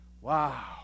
Wow